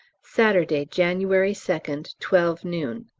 saturday, january second, twelve noon.